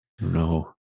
no